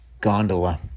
gondola